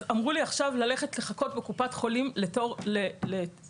אז אמרו לי עכשיו ללכת לחכות בקופת חולים לתור לטיפול,